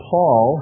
Paul